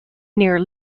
near